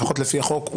לפחות לפי החוק,